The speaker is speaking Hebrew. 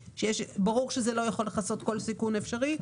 ברור שזה לא יכול לכסות כל סיכון אפשרי,